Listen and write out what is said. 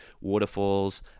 waterfalls